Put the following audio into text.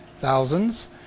thousands